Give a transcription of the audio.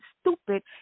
stupid